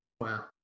Wow